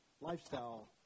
Lifestyle